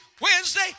Wednesday